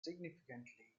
significantly